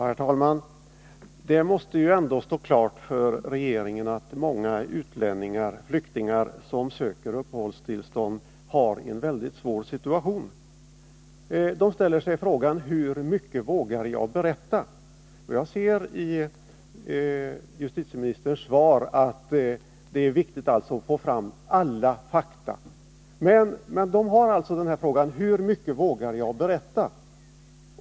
Herr talman! Det måste ändå stå klart för regeringen att många flyktingar som söker uppehållstillstånd har en väldigt svår situation. Justitieministern framhåller i svaret att det är viktigt att få fram alla fakta, men de här människorna ställer sig frågan: Hur mycket vågar jag berätta?